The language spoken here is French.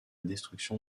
destruction